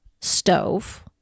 stove